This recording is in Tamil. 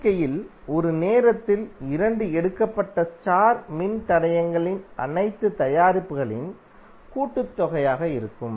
எண்ணிக்கையில் ஒரு நேரத்தில் 2 எடுக்கப்பட்ட ஸ்டார் மின்தடையங்களின் அனைத்து தயாரிப்புகளின் கூட்டுத்தொகையாக இருக்கும்